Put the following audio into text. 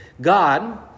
God